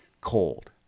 cold